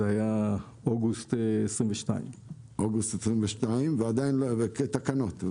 זה היה באוגוסט 22. אוגוסט 22', וזה כתקנות.